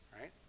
right